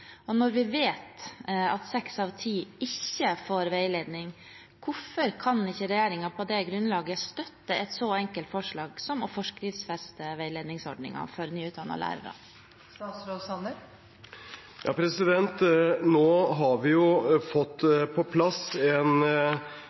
Når vi vet at seks av ti ikke får veiledning, hvorfor kan ikke regjeringen på det grunnlaget støtte et så enkelt forslag som å forskriftsfeste veiledningsordningen for nyutdannede lærere? Nå har vi fått på plass en